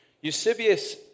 Eusebius